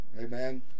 Amen